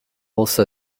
also